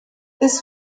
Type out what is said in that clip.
this